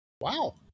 Wow